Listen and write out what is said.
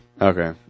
okay